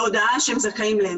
מר רפי כהן.